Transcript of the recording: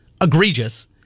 egregious